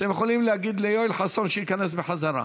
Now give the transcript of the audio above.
אתם יכולים להגיד ליואל חסון שייכנס בחזרה.